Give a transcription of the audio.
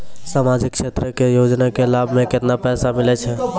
समाजिक क्षेत्र के योजना के लाभ मे केतना पैसा मिलै छै?